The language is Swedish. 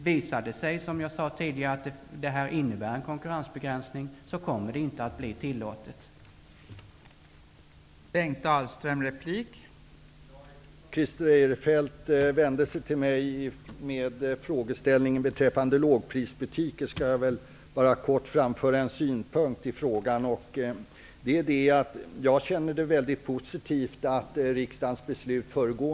Visar det sig att det här innebär konkurrensbegränsning, kommer det inte att vara tillåtet, som jag sade tidigare.